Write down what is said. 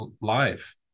live